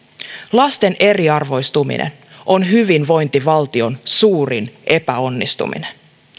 lasten eriarvoistuminen on hyvinvointivaltion suurin epäonnistuminen